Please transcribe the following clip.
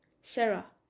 Sarah